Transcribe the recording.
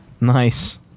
Nice